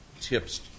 tips